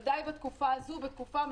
בלי לפגוע בהם.